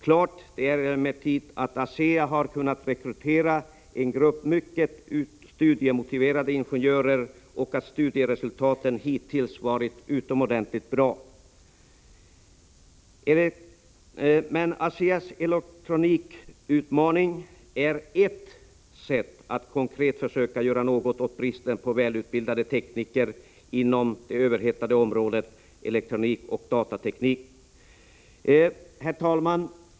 Klart är emellertid att ASEA har kunnat rekrytera en grupp mycket studiemotiverade ingenjörer och att studieresultaten hittills har varit utomordentligt bra. Men ASEA:s elektronikutmaning är ett sätt att konkret försöka göra något åt bristen på kvalificerade tekniker inom det överhettade området elektronik och datateknik. Herr talman!